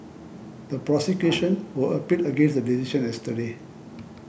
the prosecution who appealed against the decision yesterday